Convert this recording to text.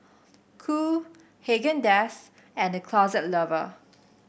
Qoo Haagen Dazs and The Closet Lover